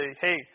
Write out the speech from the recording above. hey